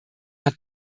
hat